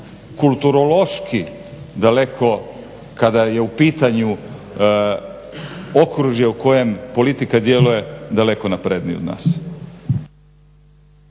kulturološki daleko, kada je u pitanju okružje u kojem politika djeluje, daleko naprednije od nas.